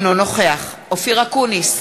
אינו נוכח אופיר אקוניס,